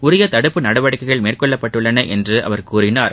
உரிய தடுப்பு நடவடிக்கைகள் மேற்கொள்ளப்பட்டுள்ளன என்று அவர் கூறினார்